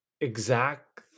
exact